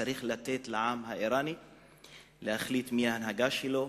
וצריך לתת לעם האירני להחליט מי ההנהגה שלו,